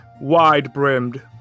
wide-brimmed